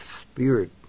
spirit